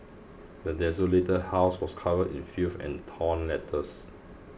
the desolated house was covered in filth and torn letters